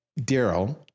Daryl